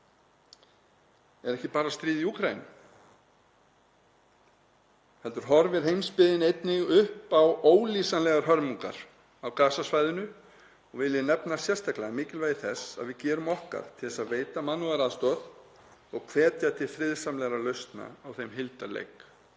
er ekki bara stríð í Úkraínu heldur horfir heimsbyggðin einnig upp á ólýsanlegar hörmungar á Gaza-svæðinu. Vil ég nefna sérstaklega mikilvægi þess að við gerum okkar til að veita mannúðaraðstoð og hvetja til friðsamlegra lausna á þeim hildarleik.